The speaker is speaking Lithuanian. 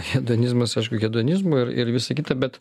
hedonizmas aišku hedonizmui ir ir visa kita bet